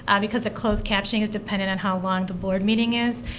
um because the close captioning is dependent on how long the board meeting is,